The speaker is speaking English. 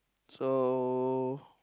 so